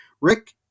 Rick